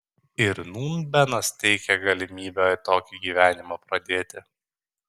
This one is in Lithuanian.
ir nūn benas teikia galimybę tokį gyvenimą pradėti